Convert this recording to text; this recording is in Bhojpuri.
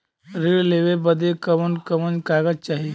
ऋण लेवे बदे कवन कवन कागज चाही?